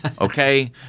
Okay